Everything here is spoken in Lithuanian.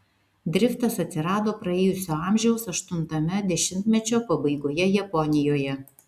driftas atsirado praėjusio amžiaus aštuntame dešimtmečio pabaigoje japonijoje